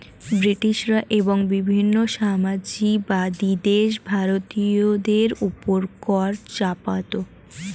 ব্রিটিশরা এবং বিভিন্ন সাম্রাজ্যবাদী দেশ ভারতীয়দের উপর কর চাপাতো